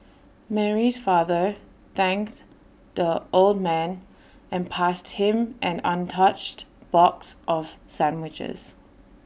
Mary's father thanked the old man and passed him an untouched box of sandwiches